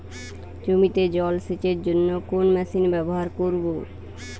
জমিতে জল সেচের জন্য কোন মেশিন ব্যবহার করব?